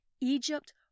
Egypt